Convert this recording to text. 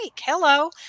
Hello